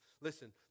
Listen